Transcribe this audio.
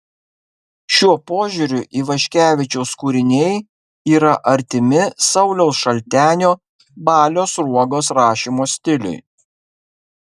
šiuo požiūriu ivaškevičiaus kūriniai yra artimi sauliaus šaltenio balio sruogos rašymo stiliui